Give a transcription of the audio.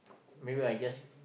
wait wait I just